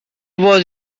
was